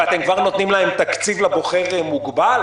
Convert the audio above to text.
ואתם כבר נותנים להם תקציב מוגבל לבוחר,